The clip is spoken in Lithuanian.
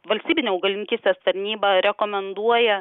valstybinė augalininkystės tarnyba rekomenduoja